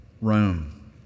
Rome